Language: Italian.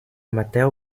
matteo